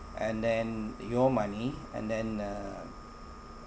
and then your money and then uh